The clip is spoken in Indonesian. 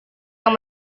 yang